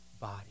body